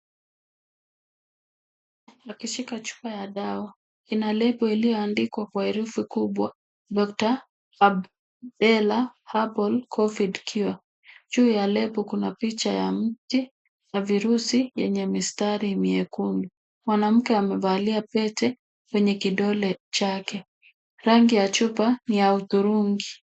Akishika chupa ya dawa ina lebo iliyoandikwa kwa herufi kubwa, Dr. Abdellah Herbal COVID Cure. Juu ya lebo kuna picha ya mti wa virusi vyenye mistari miekundu. Mwanamke amevalia pete kwenye kidole chake. Rangi ya chupa ni ya hudhurungi.